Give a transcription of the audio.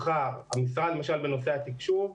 בנושא התקשוב למשל,